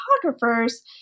photographers